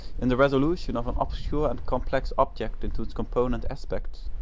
in the resolution of an obscure and complex object into its component aspects,